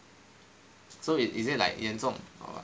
so it is it like 严重 or what